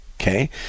okay